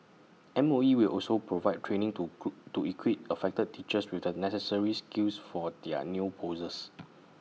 M O E will also provide training to crew to equip affected teachers with the necessary skills for their new posts